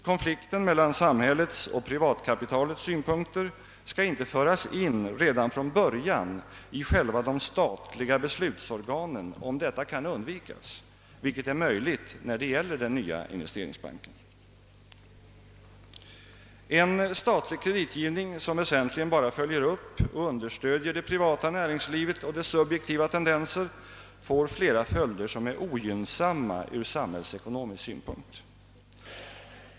Konflikten mellan samhällets och privatkapitalets synpunkter skall inte föras in redan från början i själva de statliga beslutsorganen, om detta kan undvikas, vilket är möjligt när det gäller investeringsbanken. En statlig kreditgivning, som väsentligen bara följer upp och understöder det privata näringslivet och dess subjektiva tendenser, får flera följder som är ogynnsamma ur samhällsekonomisk synpunkt.